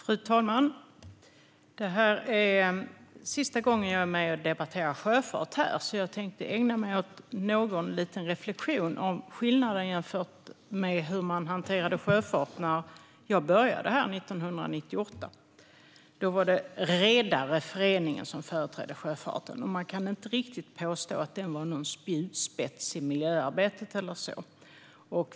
Fru talman! Detta är sista gången jag debatterar sjöfart här, och jag tänkte därför ägna mig åt en liten reflektion om hur man hanterade sjöfart när jag började i riksdagen 1998. Då företrädde Redareföreningen sjöfarten, och man kan inte riktigt påstå att den var en spjutspets i miljöarbetet.